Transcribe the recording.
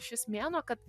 šis mėnuo kad